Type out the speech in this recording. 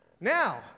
Now